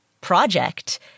project